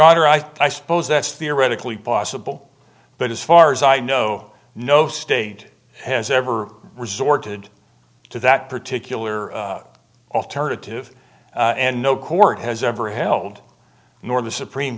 honor i suppose that's theoretically possible but as far as i know no state has ever resorted to that particular alternative and no court has ever held nor the supreme